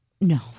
No